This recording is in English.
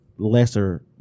Lesser